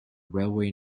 railway